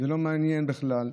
זה לא מעניין בכלל.